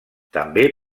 també